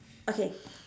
okay